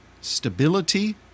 stability